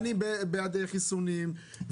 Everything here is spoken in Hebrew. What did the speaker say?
אני בעד חיסונים,